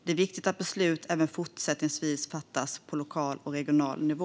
Det är viktigt att beslut även fortsättningsvis fattas på lokal och regional nivå.